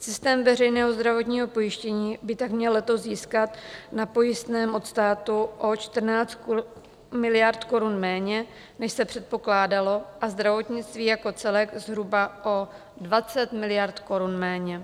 Systém veřejného zdravotního pojištění by tak měl letos získat na pojistném od státu o 14 miliard korun méně, než se předpokládalo, a zdravotnictví jako celek zhruba o 20 miliard korun méně.